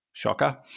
shocker